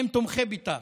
הם תומכי בית"ר,